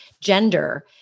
gender